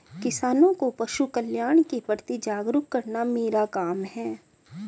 किसानों को पशुकल्याण के प्रति जागरूक करना मेरा काम है